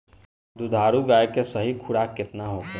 दुधारू गाय के सही खुराक केतना होखे?